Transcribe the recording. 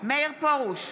פרוש,